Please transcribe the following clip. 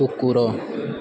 କୁକୁର